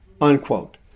unquote